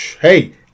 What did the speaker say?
hey